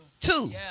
two